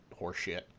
horseshit